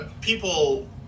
people